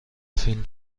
فیلم